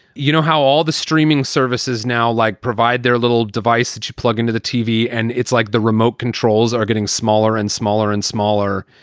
you know how all the streaming services now, like provide their little device that you plug into the tv and it's like the remote controls are getting smaller and smaller and smaller.